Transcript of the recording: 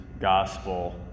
gospel